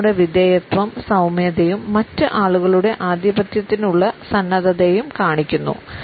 ഇത് നമ്മുടെ വിധേയത്വവും സൌമ്യതയും മറ്റ് ആളുകളുടെ ആധിപത്യത്തിനുള്ള സന്നദ്ധതയും കാണിക്കുന്നു